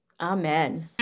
Amen